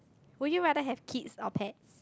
would you rather have kids or pets